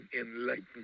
enlightened